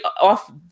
off